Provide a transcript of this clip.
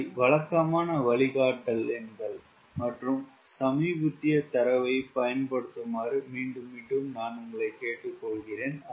இவை வழக்கமான வழிகாட்டல் எண்கள் மற்றும் சமீபத்திய தரவைப் பயன்படுத்துமாறு மீண்டும் மீண்டும் கேட்டுக்கொள்கிறேன்